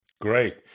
great